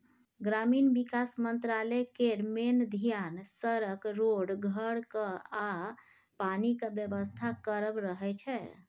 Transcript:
ग्रामीण बिकास मंत्रालय केर मेन धेआन सड़क, रोड, घरक आ पानिक बेबस्था करब रहय छै